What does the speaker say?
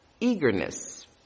eagerness